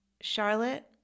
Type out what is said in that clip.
Charlotte